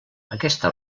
aquesta